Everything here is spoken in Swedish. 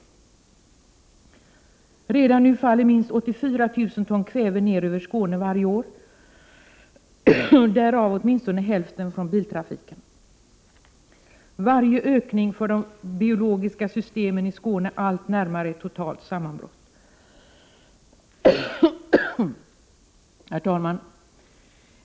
Redan nu faller minst 84 000 ton kväve ned över Skåne varje år, varav åtminstone hälften kommer från biltrafiken. Varje ökning för de biologiska systemen i Skåne allt närmare ett totalt sammanbrott. Herr talman!